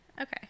Okay